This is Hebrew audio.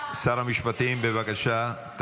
שר המשפטים, בבקשה.